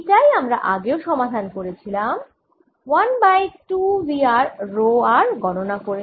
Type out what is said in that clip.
এই তাই আমরা আগেও সমাধান করেছিলাম 1 by 2 v r row r গণনা করে